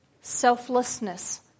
selflessness